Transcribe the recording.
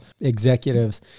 executives